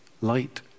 Light